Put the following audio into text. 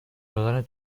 دادن